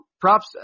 props –